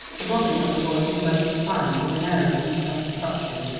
the robin had swallowed his latest find with an air of huge satisfaction,